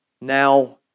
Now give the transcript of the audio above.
Now